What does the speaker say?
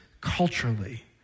culturally